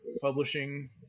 publishing